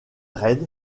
red